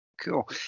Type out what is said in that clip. Cool